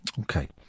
Okay